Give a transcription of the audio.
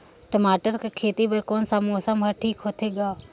टमाटर कर खेती बर कोन मौसम हर ठीक होथे ग?